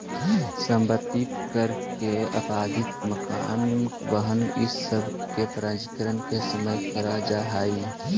सम्पत्ति कर के अदायगी मकान, वाहन इ सब के पंजीकरण के समय करल जाऽ हई